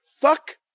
fuck